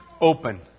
open